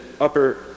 upper